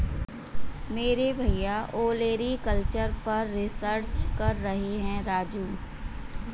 मेरे भैया ओलेरीकल्चर पर रिसर्च कर रहे हैं राजू